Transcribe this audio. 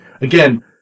Again